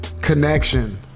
connection